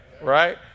Right